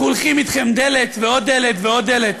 אנחנו הולכים אתכם דלת ועוד דלת ועוד דלת,